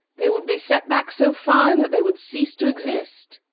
they would be set back so far that they would cease to exist.